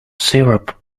syrup